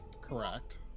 Correct